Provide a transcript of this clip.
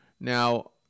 Now